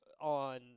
on –